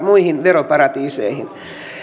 muihin veroparatiiseihin